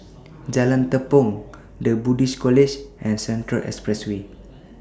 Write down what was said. Jalan Tepong The Buddhist College and Central Expressway